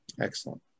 Excellent